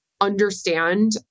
understand